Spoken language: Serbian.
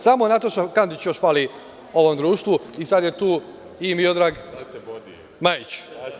Samo Nataša Kandić još fali ovom društvu i sad je tu i Miodrag Majić.